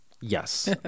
Yes